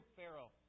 Pharaoh